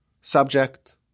subject